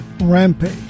Rampage